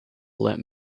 let